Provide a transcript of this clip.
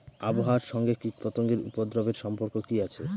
আবহাওয়ার সঙ্গে কীটপতঙ্গের উপদ্রব এর সম্পর্ক কি আছে?